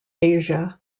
asia